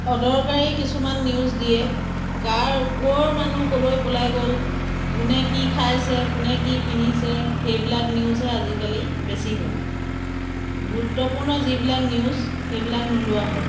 অদৰকাৰী কিছুমান নিউজ দিয়ে কাৰ ক'ৰ মানুহ ক'লৈ পলাই গ'ল কোনে কি খাইছে কোনে কি পিন্ধিছে সেইবিলাক নিউজহে আজিকালি বেছি হ'ল গুৰুত্বপূৰ্ণ যিবিলাক নিউজ সেইবিলাক নোলোৱা হ'ল